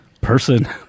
person